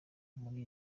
muri